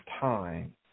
time